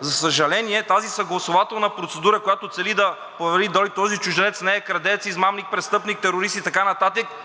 За съжаление, тази съгласувателна процедура, която цели да провери дали този чужденец не е крадец, измамник, престъпник, терорист и така нататък,